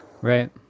right